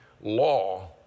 law